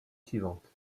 suivante